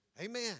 Amen